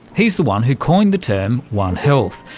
he's the one who coined the term one health.